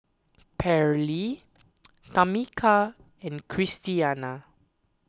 Pairlee Tamika and Christiana